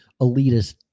elitist